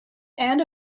and